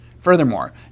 Furthermore